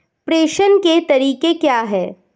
प्रेषण के तरीके क्या हैं?